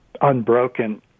unbroken